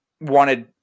wanted